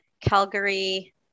Calgary